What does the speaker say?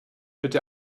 bitte